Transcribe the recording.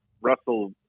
Russell